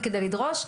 וכדי לדרוש.